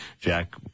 Jack